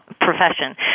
profession